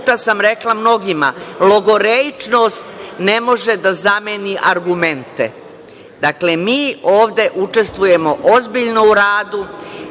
sam rekla mnogima - logoreičnost ne može da zameni argumente. Dakle, mi ovde učestvujemo ozbiljno u radu,